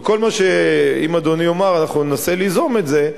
אם אדוני יאמר, אנחנו ננסה ליזום את זה.